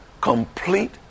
complete